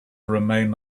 remain